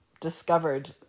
discovered